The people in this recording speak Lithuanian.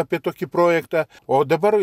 apie tokį projektą o dabar